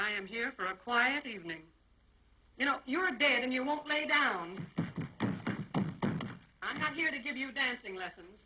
i am here for a quiet evening you know you're a date and you won't lay down i'm not here to give you dancing lessons